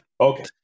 Okay